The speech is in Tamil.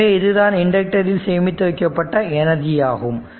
எனவே இதுதான் இண்டக்டரில் சேமித்து வைக்கப்பட்ட எனர்ஜி ஆகும்